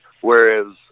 whereas